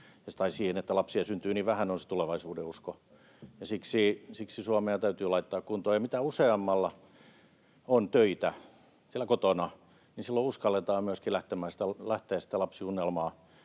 siihen, että lapsia syntyy niin vähän, on tulevaisuudenusko. Siksi Suomea täytyy laittaa kuntoon. Kun useammalla siellä kotona on töitä, niin silloin uskalletaan myöskin lähteä sitä lapsiunelmaa